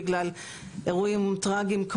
בגלל אירועים טרגיים,